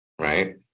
right